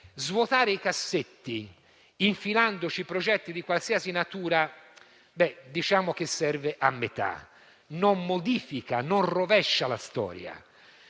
svuotare i cassetti, infilandoci progetti di qualsiasi natura, serve a metà e non modifica, né rovescia la storia.